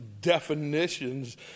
definitions